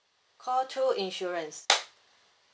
call two insurance